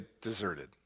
deserted